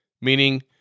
meaning